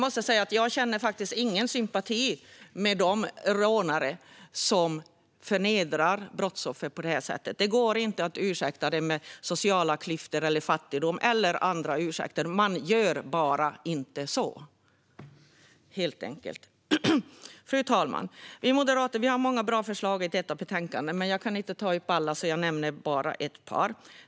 Jag känner faktiskt ingen sympati med de rånare som förnedrar brottsoffer på detta sätt. Det går inte att ursäkta det med sociala klyftor, fattigdom eller andra ursäkter. Man gör bara inte så. Fru talman! Vi moderater har många bra förslag i detta betänkande. Men jag kan inte ta upp alla, så jag nämner bara ett par.